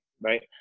right